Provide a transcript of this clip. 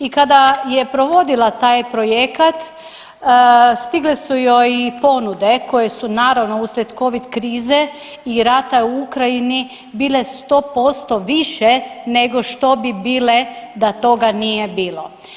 I kada je provodila taj projekat stigle su joj i ponude koje su naravno uslijed covid krize i rata u Ukrajini bile 100% više nego što bi bile da toga nije bilo.